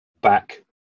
back